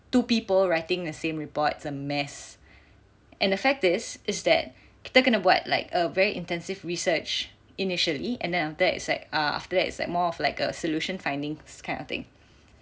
two people writing the same report is a mess and a fact is is that kita kena buat like a very intensive research initially and then after that is like after that it's like more of like a solution finding kind of thing